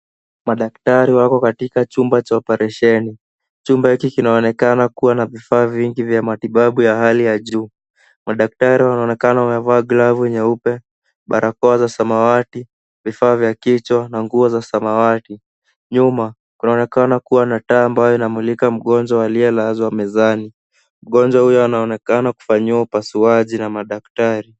Madaktari wako katika chumba cha operesheni. Chumba hiki kinaonekana kuwa na vifaa vingi vya matibabu ya hali ya juu. Madaktari wanaonekana wamevaa glovu nyeupe, barakoa za samawati, vifaa vya kichwa na nguo za samawati. Nyuma kunaonekana kuwa na taa ambayo inamulika mgonjwa aliyelazwa mezani. Mgonjwa huyo anaonekana kufanyiwa upasuaji na madaktari.